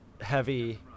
heavy